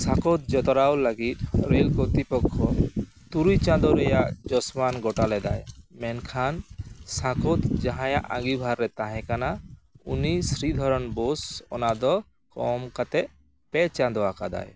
ᱥᱟᱸᱠᱳᱫᱽ ᱡᱚᱛᱨᱟᱣ ᱞᱟᱹᱜᱤᱫ ᱨᱮᱞ ᱠᱚᱨᱛᱤᱯᱚᱠᱠᱷᱚ ᱛᱩᱨᱩᱭ ᱪᱟᱸᱫᱳ ᱨᱮᱭᱟᱜ ᱡᱚᱥᱢᱟᱱ ᱜᱚᱴᱟ ᱞᱮᱫᱟᱭ ᱢᱮᱱᱠᱷᱟᱱ ᱥᱟᱸᱠᱳᱫᱽ ᱡᱟᱦᱟᱸᱭᱟᱜ ᱟᱸᱜᱤᱵᱷᱟᱨ ᱨᱮ ᱛᱟᱦᱮᱸᱠᱟᱱᱟ ᱩᱱᱤ ᱥᱨᱤᱫᱷᱚᱨᱚᱱ ᱵᱳᱥ ᱚᱱᱟᱫᱚ ᱠᱚᱢ ᱠᱟᱛᱮᱫ ᱯᱮ ᱪᱟᱸᱫᱳ ᱟᱠᱟᱫᱟᱭ